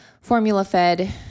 formula-fed